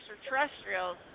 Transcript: extraterrestrials